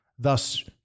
thus